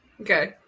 Okay